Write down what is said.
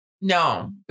no